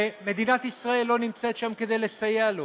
שמדינת ישראל לא נמצאת שם כדי לסייע לו.